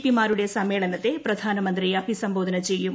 P മാരുടെ സമ്മേളനത്തെ പ്രധാനമന്ത്രി അഭിസംബോധന ചെയ്യും